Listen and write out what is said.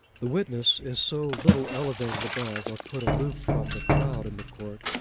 the witness is so little elevated above, or put aloof from, the crowd in the court,